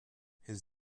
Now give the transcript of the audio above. his